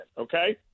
okay